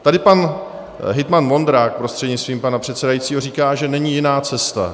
Tady pan hejtman Vondrák prostřednictvím pana předsedajícího říká, že není jiná cesta.